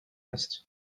ist